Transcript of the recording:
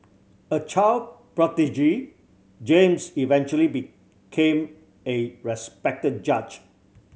a child prodigy James eventually became a respected judge